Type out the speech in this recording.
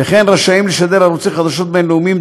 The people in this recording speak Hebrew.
וכן רשאים לשדר ערוצי חדשות בין-לאומיים,